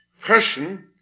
person